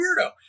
weirdo